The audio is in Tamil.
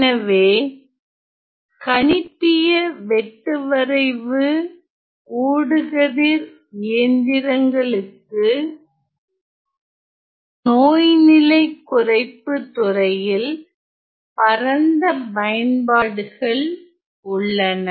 எனவே கணிப்பிய வெட்டுவரைவு ஊடுகதிர் இயந்திரங்களுக்கு நோய் நிலைக் குறைப்பு துறையில் பரந்த பயன்பாடுகள் உள்ளன